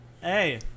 Hey